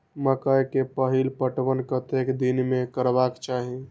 मकेय के पहिल पटवन कतेक दिन में करबाक चाही?